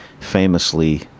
famously